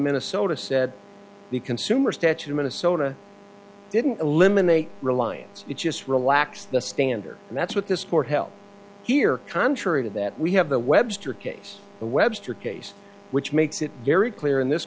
minnesota said the consumer statue minnesota didn't eliminate reliance it just relax the standard and that's what this for help here contrary to that we have the webster case the webster case which makes it very clear in this